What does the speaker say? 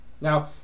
Now